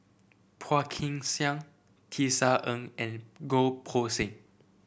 Phua Kin Siang Tisa Ng and Goh Poh Seng